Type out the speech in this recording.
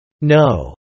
No